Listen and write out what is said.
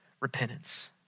repentance